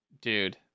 dude